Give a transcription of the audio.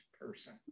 person